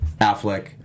Affleck